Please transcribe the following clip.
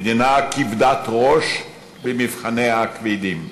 מדינה כבדת ראש במבחניה הכבדים,